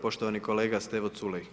Poštovani kolega Stevo Culej.